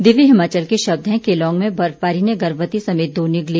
दिव्य हिमाचल के शब्द हैं केलांग में बर्फबारी ने गर्भवती समेत दो निगले